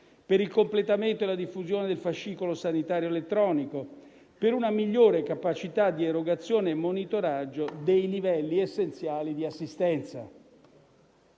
per il completamento e la diffusione del fascicolo sanitario elettronico; per una migliore capacità di erogazione e monitoraggio dei livelli essenziali di assistenza.